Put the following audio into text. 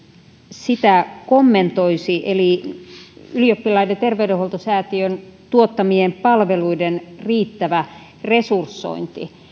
sitä kommentoisi on ylioppilaiden terveydenhoitosäätiön tuottamien palveluiden riittävä resursointi